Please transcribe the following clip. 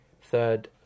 third